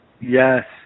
Yes